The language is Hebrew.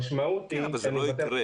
המשמעות היא --- אבל זה לא יקרה.